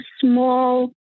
small